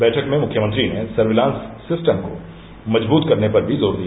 वैठक में मुख्यमंत्री ने सर्विलांस सिस्टम को मजबूत करने पर भी जोर दिया